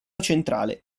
centrale